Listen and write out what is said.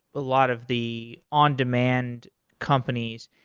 a lot of the on-demand companies.